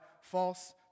false